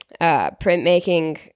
printmaking